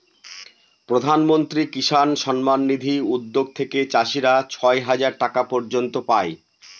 প্রধান মন্ত্রী কিষান সম্মান নিধি উদ্যাগ থেকে চাষীরা ছয় হাজার টাকা পর্য়ন্ত পাই